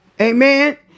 Amen